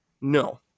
no